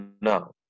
No